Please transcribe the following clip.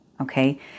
okay